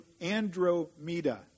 andromeda